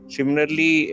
Similarly